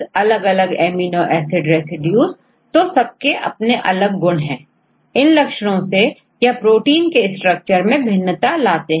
तो यदि आपके पास20 एमिनो एसिड रेसिड्यू हैं इनके सबके अपने विशेष गुण होते हैं जिनके कारण यह आपस में जोड़ते हैं और प्रोटीन की संरचना बनाते हैं